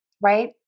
right